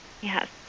Yes